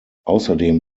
außerdem